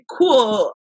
cool